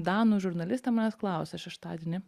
danų žurnalistė manęs klausia šeštadienį